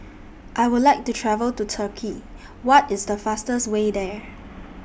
I Would like to travel to Turkey What IS The fastest Way There